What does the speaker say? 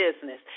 business